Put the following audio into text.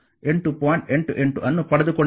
88 ಅನ್ನು ಪಡೆದುಕೊಂಡಿದೆ